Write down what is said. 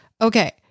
Okay